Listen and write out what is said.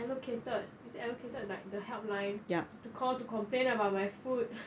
allocated is allocated like the help line to call to complain about my food